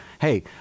hey